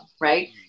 right